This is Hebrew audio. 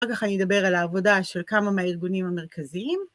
אחר כל אני אדבר על העבודה של כמה מהארגונים המרכזיים.